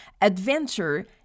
adventure